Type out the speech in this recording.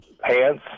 Pants